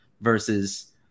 versus